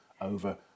over